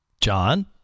John